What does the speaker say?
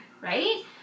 right